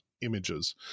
images